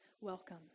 welcome